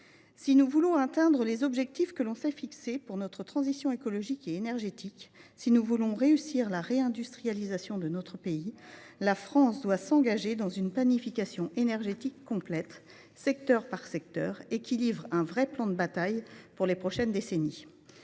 Si nous voulons atteindre les objectifs que nous nous sommes fixés en matière de transition écologique et énergétique, et si nous voulons réussir la réindustrialisation de notre pays, nous devons engager la France dans une planification énergétique complète, secteur par secteur, qui livre un véritable plan de bataille pour les prochaines décennies.